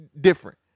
different